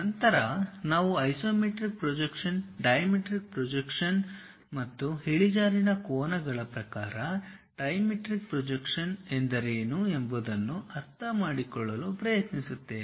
ನಂತರ ನಾವು isometric projection dimetric projection ಮತ್ತು ಇಳಿಜಾರಿನ ಕೋನಗಳ ಪ್ರಕಾರ ಟ್ರಿಮೆಟ್ರಿಕ್ ಪ್ರೊಜೆಕ್ಷನ್ ಎಂದರೇನು ಎಂಬುದನ್ನು ಅರ್ಥಮಾಡಿಕೊಳ್ಳಲು ಪ್ರಯತ್ನಿಸುತ್ತೇವೆ